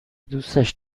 دوستش